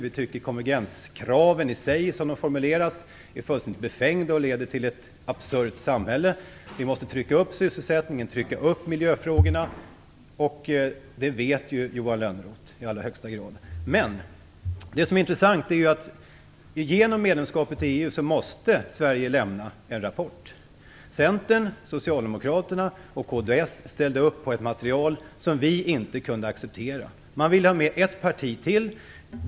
Vi tycker att konvergenskraven, som de formuleras, är fullständigt befängda och leder till ett absurt samhälle. Vi måste lyfta upp sysselsättningen, lyfta upp miljöfrågorna och det är Johan Lönnroth i allra högsta grad medveten om. Men det som är intressant är att Sverige genom medlemskapet i EU måste lämna en rapport. Centern, Socialdemokraterna och kds ställde upp på ett material som vi inte kunde acceptera. Man vill ha med ett parti till.